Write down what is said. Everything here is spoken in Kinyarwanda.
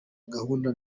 gahunda